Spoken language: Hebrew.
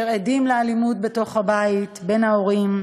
אשר עדים לאלימות בבית בין ההורים,